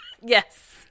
Yes